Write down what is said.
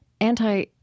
anti